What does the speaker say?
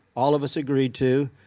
all of us agreed to,